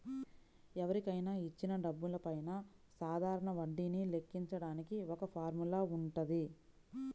ఎవరికైనా ఇచ్చిన డబ్బులపైన సాధారణ వడ్డీని లెక్కించడానికి ఒక ఫార్ములా వుంటది